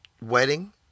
wedding